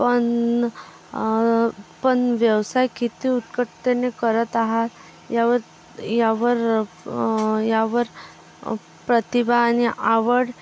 पण पण व्यवसाय किती उत्कटतेने करत आहात यावर यावर यावर प्रतिभा आणि आवड